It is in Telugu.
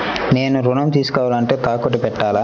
నేను ఋణం తీసుకోవాలంటే తాకట్టు పెట్టాలా?